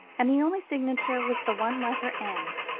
and the only signature was the one letter m,